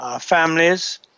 families